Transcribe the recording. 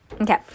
Okay